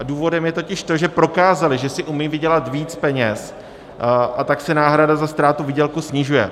Důvodem je totiž to, že prokázali, že si umí vydělat víc peněz, a tak se náhrada za ztrátu výdělku snižuje.